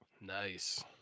nice